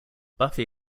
buffy